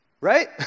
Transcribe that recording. Right